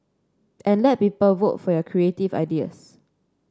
and let people vote for your creative ideas